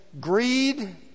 Greed